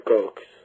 Cokes